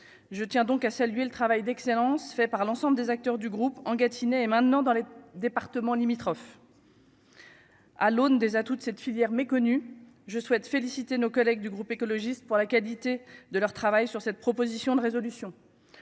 je tiens donc à saluer le travail d'excellence fait par l'ensemble des acteurs du groupe en Gâtinais et maintenant dans les départements limitrophes. à l'aune des à toute cette filière méconnu, je souhaite féliciter nos collègues du groupe écologiste pour la qualité de leur travail sur cette proposition de résolution,